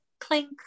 Clink